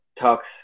talks